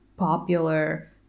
popular